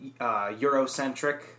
Eurocentric